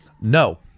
No